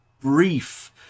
brief